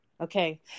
okay